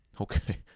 Okay